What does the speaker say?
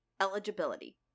eligibility